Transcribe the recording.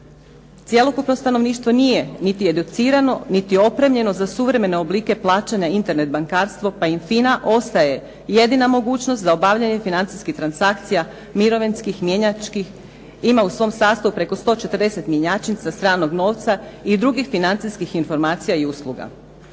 Cjelokupno stanovništvo nije niti educirano niti opremljeno za suvremene oblike plaćanja internet bankarstvo pa im FINA ostaje jedina mogućnost za obavljanje financijskih transakcija, mirovinskih, mjenjačkih. Ima u svom sastavu preko 140 mjenjačnica stranog novca i drugih financijskih informacija i usluga.